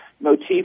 motif